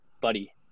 buddy